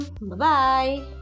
bye-bye